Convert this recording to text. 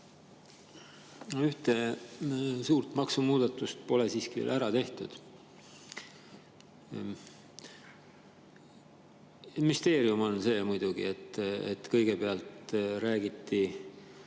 Ühte suurt maksumuudatust pole siiski veel ära tehtud. Müsteerium on muidugi see, et kõigepealt räägiti